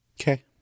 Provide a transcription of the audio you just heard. Okay